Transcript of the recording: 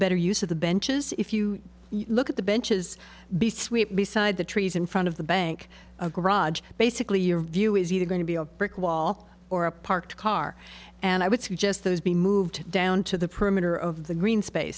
better use of the benches if you look at the benches be sweet beside the trees in front of the bank of garage basically your view is either going to be a brick wall or a parked car and i would suggest those be moved down to the perimeter of the green space